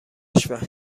کشور